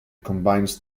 combines